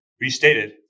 restated